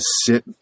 sit